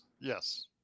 Yes